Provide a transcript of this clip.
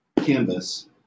canvas